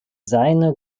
seine